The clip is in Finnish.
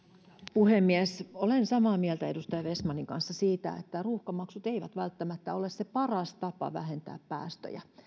puhemies olen samaa mieltä edustaja vestmanin kanssa siitä että ruuhkamaksut eivät välttämättä ole se paras tapa vähentää päästöjä